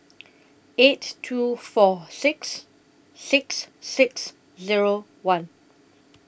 eight two four six six six Zero one